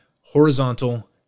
horizontal